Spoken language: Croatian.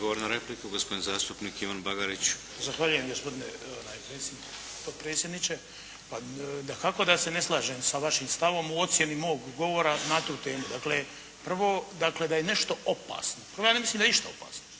Zahvaljujem gospodine potpredsjedniče.